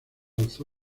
alzó